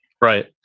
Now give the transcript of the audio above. Right